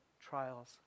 trials